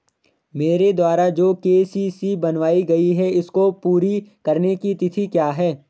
मेरे द्वारा जो के.सी.सी बनवायी गयी है इसको पूरी करने की तिथि क्या है?